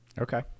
Okay